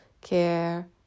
care